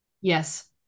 Yes